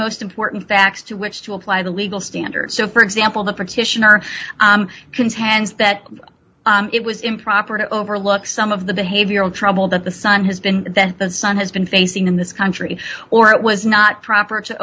most important facts to which to apply the legal standard so for example the petitioner contends that it was improper to overlook some of the behavioral trouble that the sun has been that the sun has been facing in this country or is not proper to